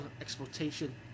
exploitation